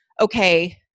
okay